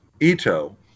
Ito